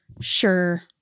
sure